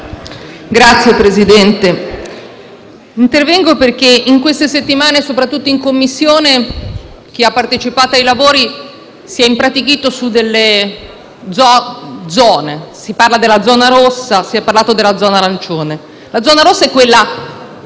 Signor Presidente, intervengo perché in queste set- timane, soprattutto in Commissione, chi ha partecipato ai lavori si è impratichito su delle zone: si parla della zona rossa e si è parlato della zona arancione. La zona rossa è quella